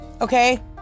Okay